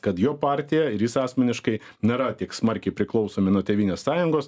kad jo partija ir jis asmeniškai nėra tiek smarkiai priklausomi nuo tėvynės sąjungos